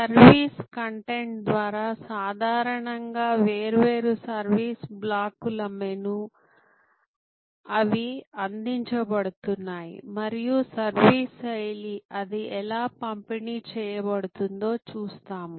service content ద్వారా సాధారణంగా వేర్వేరు సర్వీస్ బ్లాకుల మెను అవి అందించబడుతున్నాయి మరియు సర్వీస్ శైలి అది ఎలా పంపిణీ చేయబడుతుందో చూస్తాము